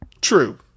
True